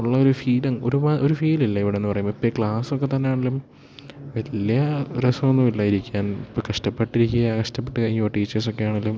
ഉള്ളൊരു ഫീല് ഒരുമ ഒര് ഫീലില്ലേ ഇവിടുന്ന് പറയുമ്പോൾ ഇപ്പം ക്ലാസൊക്കെ തന്നാണേലും വലിയ രസമൊന്നും ഇല്ലായിരിക്കാം ഇപ്പം കഷ്ടപ്പെട്ടിരിക്കുക കഷ്ടപ്പെട്ട് കഴിയുക ടീച്ചേഴ്സൊക്കെയാണേലും